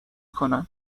کنن